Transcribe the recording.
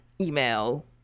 email